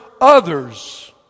others